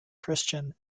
christian